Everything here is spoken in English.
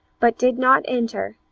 but did not enter,